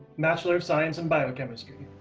bachelor of science in biochemistry.